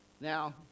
Now